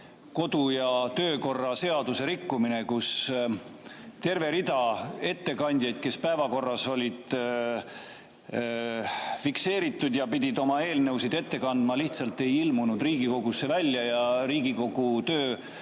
kodu‑ ja töökorra seaduse rikkumine, kus terve rida ettekandjaid, kes päevakorras olid fikseeritud ja pidid oma eelnõusid ette kandma, lihtsalt ei ilmunud Riigikogusse ning Riigikogu töö